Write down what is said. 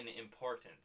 importance